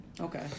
Okay